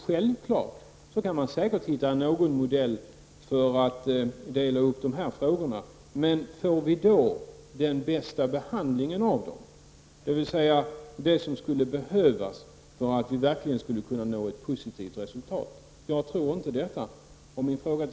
Självfallet kan man säkert hitta någon modell för en uppdelning. Men frågan är om det innebär att frågorna behandlas på bästa sätt — dvs. om vi verkligen får det som behövs för att kunna uppnå ett positivt resultat. Jag tror inte det.